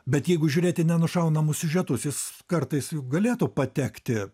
bet jeigu žiūrėt į nenušaunamus siužetus jis kartais juk galėtų patekti